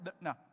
no